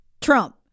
trump